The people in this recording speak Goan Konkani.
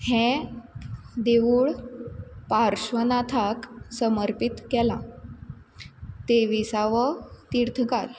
हें देवूळ पार्श्वनाथाक समर्पीत केलां तेविसावो तिर्थकार